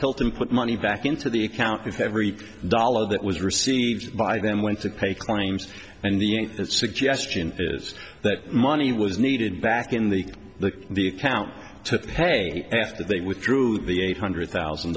help him put money back into the account if every dollar that was received by them went to pay claims and the suggestion is that money was needed back in the the the account to pay after they withdrew the eight hundred thousand